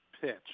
pitch